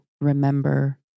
remember